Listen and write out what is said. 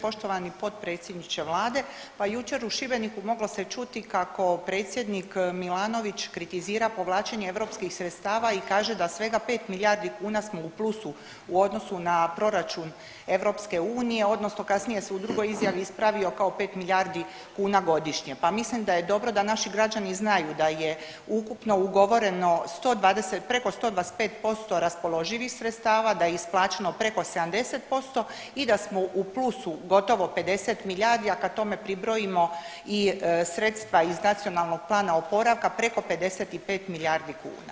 Poštovani potpredsjedniče vlade, pa jučer u Šibeniku moglo se je čuti kako predsjednik Milanović kritizira povlačenje europskih sredstava i kaže da svega 5 milijardi kuna smo u plusu u odnosu na proračun EU odnosno kasnije se u drugoj izjavi ispravio kao 5 milijardi kuna godišnje, pa mislim da je dobro da naši građana znaju da je ukupno ugovoreno preko 125% raspoloživih sredstava, da je isplaćeno preko 70% i da smo u plusu gotovo 50 milijardi, a kad tome pribrojimo i sredstva iz NPOO-a preko 55 milijardi kuna.